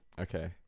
Okay